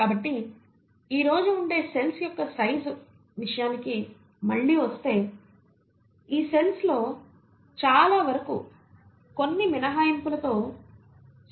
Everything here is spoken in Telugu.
కాబట్టి ఈరోజు ఉండే సెల్స్ యొక్కసైజు విషయానికి మళ్ళీ వస్తే ఈ సెల్స్ లో చాలా వరకు కొన్ని మినహాయింపులతో 0